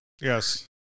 Yes